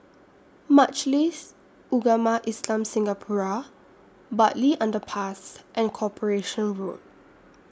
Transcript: Majlis Ugama Islam Singapura Bartley Underpass and Corporation Road